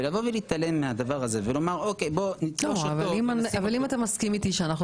להתעלם מהדבר הזה ולומר --- אבל אם אתה מסכים איתי שאנחנו